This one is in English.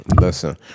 Listen